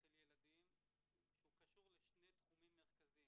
אצל ילדים קשור לשני תחומים מרכזיים: